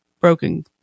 broken